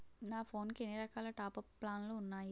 నా ఫోన్ కి ఎన్ని రకాల టాప్ అప్ ప్లాన్లు ఉన్నాయి?